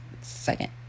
second